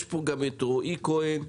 יש פה גם את רועי כהן,